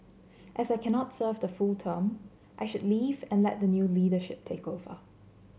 as I cannot serve the full term I should leave and let the new leadership take over